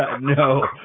no